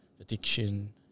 addiction